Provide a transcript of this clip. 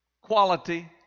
quality